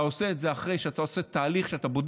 אתה עושה את זה אחרי שאתה עושה תהליך שבו אתה